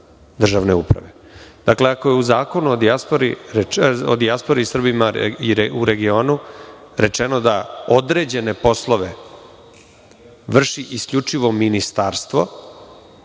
uprave. Ako je u Zakonu o dijaspori u regionu, rečeno da određene poslove vrši isključivo ministarstvo,